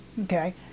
Okay